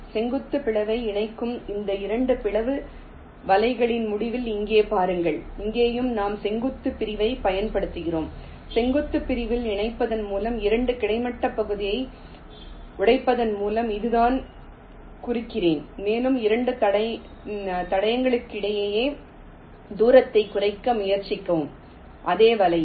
செங்குத்துப் பிரிவை இணைக்கும் இந்த 2 பிளவு வலைகளின் முடிவில் இங்கே பாருங்கள் இங்கேயும் நாம் செங்குத்துப் பிரிவைப் பயன்படுத்துகிறோம் செங்குத்துப் பிரிவில் இணைப்பதன் மூலம் 2 கிடைமட்ட பகுதியை உடைப்பதன் மூலம் இதைத்தான் குறிக்கிறேன் மேலும் 2 தடங்களுக்கிடையேயான தூரத்தை குறைக்க முயற்சிக்கவும் அதே வலையின்